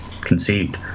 conceived